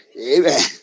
amen